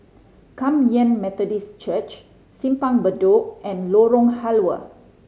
Kum Yan Methodist Church Simpang Bedok and Lorong Halwa